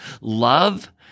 Love